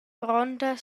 gronda